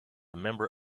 member